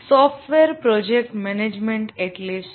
software project management એટલે શું